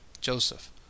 Joseph